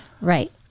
Right